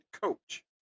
coach